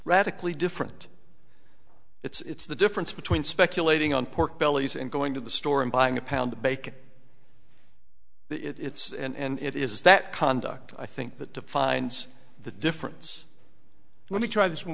radically different it's the difference between speculating on pork bellies and going to the store and buying a pound of bacon it's and it is that conduct i think that defines the difference let me try this one